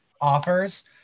offers